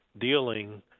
dealing